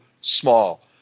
small